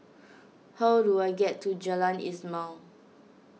how do I get to Jalan Ismail